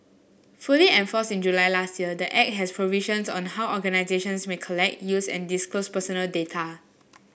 fully enforced in July last year the Act has provisions on how organisations may collect use and disclose personal data